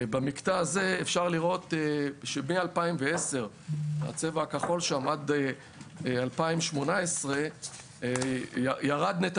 במקטע הזה אפשר לראות שמ-2011 עד 2018 ירד נתח